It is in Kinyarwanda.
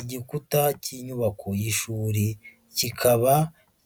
Igikuta cy'inyubako y'ishuri, kikaba